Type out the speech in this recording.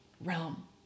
realm